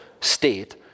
state